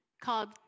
called